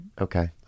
Okay